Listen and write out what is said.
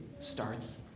starts